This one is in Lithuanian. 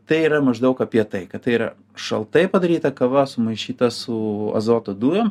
tai yra maždaug apie tai kad tai yra šaltai padaryta kava sumaišyta su azoto dujom